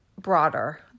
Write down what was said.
broader